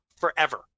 forever